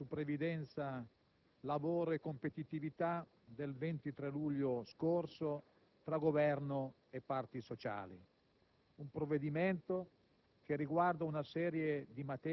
all'esame dà attuazione all'accordo su previdenza, lavoro e competitività del 23 luglio scorso tra Governo e parti sociali,